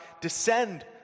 descend